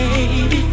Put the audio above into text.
Baby